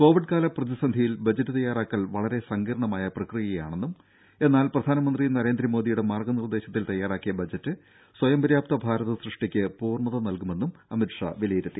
കോവിഡ്കാല പ്രതിസന്ധിയിൽ ബജറ്റ് തയ്യാറാക്കൽ വളരെ സങ്കീർണമായ പ്രക്രിയയാണെന്നും എന്നാൽ പ്രധാനമന്ത്രി നരേന്ദ്രമോദിയുടെ മാർഗ നിർദ്ദേശത്തിൽ തയ്യാറാക്കിയ ബജറ്റ് സ്വയംപര്യാപ്ത ഭാരത സൃഷ്ടിക്ക് പൂർണത നൽകുമെന്നും അമിത്ഷാ വിലയിരുത്തി